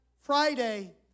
Friday